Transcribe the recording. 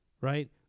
Right